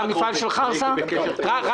אני